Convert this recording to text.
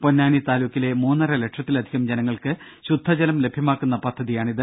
പൊന്നാനി താലൂക്കിലെ മൂന്നര ലക്ഷത്തിലധികം ജനങ്ങൾക്ക് ശുദ്ധജലം ലഭ്യമാക്കുന്ന പദ്ധതിയാണിത്